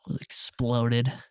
exploded